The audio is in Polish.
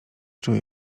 czuję